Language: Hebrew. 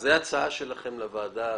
זו ההצעה שלכם לוועדה.